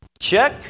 check